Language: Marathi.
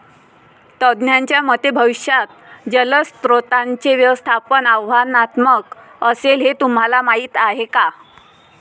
तज्ज्ञांच्या मते भविष्यात जलस्रोतांचे व्यवस्थापन आव्हानात्मक असेल, हे तुम्हाला माहीत आहे का?